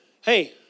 hey